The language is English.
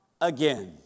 again